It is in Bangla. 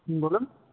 হুম বলুন